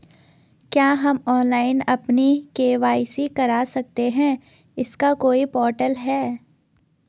क्या हम ऑनलाइन अपनी के.वाई.सी करा सकते हैं इसका कोई पोर्टल है?